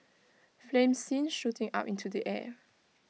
flames seen shooting up into the air